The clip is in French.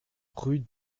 rue